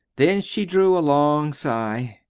then she drew a long sigh.